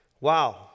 Wow